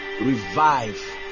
revive